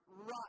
rock